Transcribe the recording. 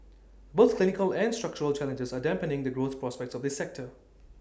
both cyclical and structural challenges are dampening the growth prospects of this sector